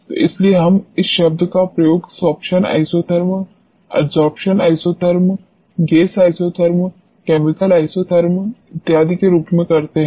तो इसीलिए हम इस शब्द का प्रयोग sorption isotherms adsorption isotherms gas isotherms chemical isotherms इत्यादि के रूप में करते हैं